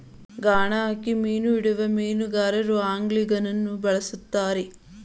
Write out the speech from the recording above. ಗಾಣ ಹಾಕಿ ಮೀನು ಹಿಡಿಯುವ ಮೀನುಗಾರರು ಆಂಗ್ಲಿಂಗನ್ನು ಬಳ್ಸತ್ತರೆ